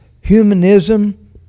humanism